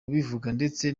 ndetse